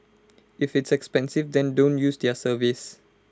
if it's expensive then don't use their service